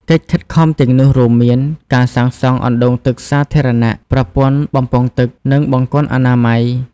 កិច្ចខិតខំទាំងនោះរួមមានការសាងសង់អណ្តូងទឹកសាធារណៈ ប្រព័ន្ធបំពង់ទឹក និងបង្គន់អនាម័យ។